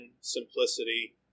simplicity